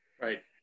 Right